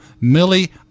Millie